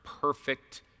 perfect